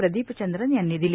प्रदीपचंद्रन यांनी दिली